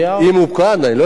אם הוא כאן, אני לא יודע.